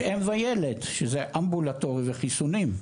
יש אם וילד, שזה אמבולטורי וחיסונים.